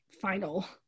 final